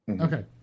Okay